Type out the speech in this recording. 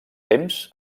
temps